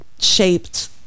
shaped